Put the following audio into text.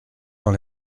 dans